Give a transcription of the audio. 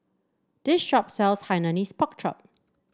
this shop sells Hainanese Pork Chop